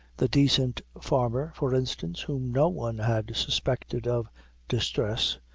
the decent farmer, for instance, whom no one had suspected of distress,